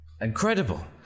Incredible